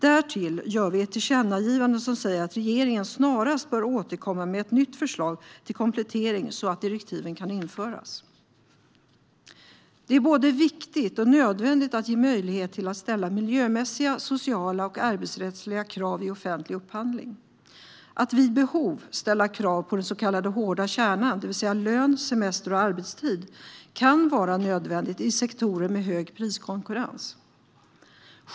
Därtill gör vi ett tillkännagivande om att regeringen snarast bör återkomma med ett nytt förslag till komplettering så att direktiven kan införas. Det är både viktigt och nödvändigt att ge möjlighet att ställa miljömässiga, sociala och arbetsrättsliga krav i offentlig upphandling. Att vid behov ställa krav på den så kallade hårda kärnan, det vill säga lön, semester och arbetstid, kan vara nödvändigt i sektorer med hög priskonkurrens.